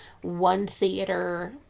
one-theater